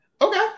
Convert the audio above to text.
Okay